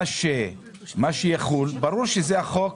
מה שיחול ברור שזה החוק.